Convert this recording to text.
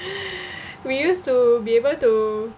we used to be able to